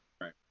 Right